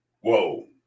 Whoa